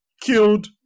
killed